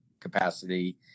capacity